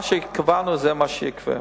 מה שקבענו זה מה שייגבה.